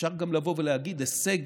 אפשר גם להגיד: הישג